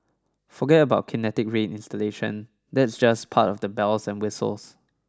forget about Kinetic Rain installation that's just part of the bells and whistles